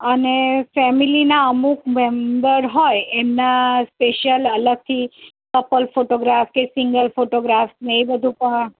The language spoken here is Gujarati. અને ફેમિલીના અમુક મેંબર હોય એમના સ્પેશિયલ અલગથી કપલ ફોટોગ્રાફ કે સિંગલ ફોટોગ્રાફ ને એ બધું પણ